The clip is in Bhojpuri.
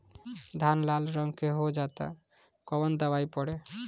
धान लाल रंग के हो जाता कवन दवाई पढ़े?